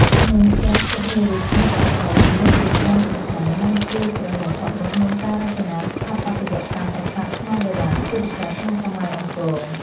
ភ្នំព្រះសុមេរុ មានអត្ថន័យនិមិត្តរូបយ៉ាងសំខាន់ និងជ្រាលជ្រៅបំផុតនៅក្នុងការរចនាស្ថាបត្យកម្មប្រាសាទខ្មែរបុរាណ ជាពិសេសក្នុងសម័យអង្គរ។